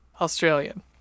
Australian